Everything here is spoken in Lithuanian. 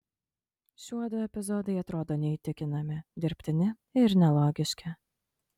šiuodu epizodai atrodo neįtikinami dirbtini ir nelogiški